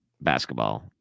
basketball